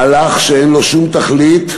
מהלך שאין לו שום תכלית,